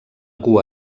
cua